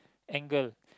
angle